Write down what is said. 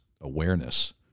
awareness